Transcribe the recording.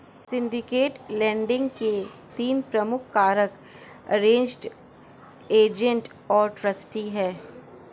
syndicated lending के तीन प्रमुख कारक अरेंज्ड, एजेंट और ट्रस्टी हैं